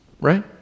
Right